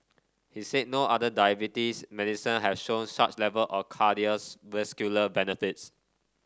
he said no other diabetes medicine had shown such level of cardiovascular benefits